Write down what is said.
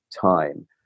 time